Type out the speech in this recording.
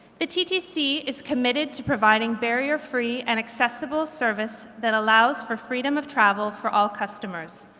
the ttc is committed to providing barrier-free and accessible service that allows for freedom of travel for all customers.